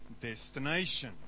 destination